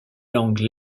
langues